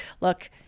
look